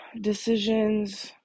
decisions